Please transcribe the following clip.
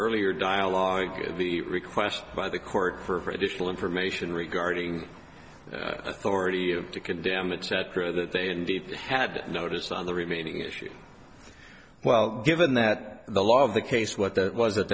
earlier dialogue the requests by the court for additional information regarding authority you to condemn it set for that they indeed had notice on the remaining issues well given that the law of the case what that was that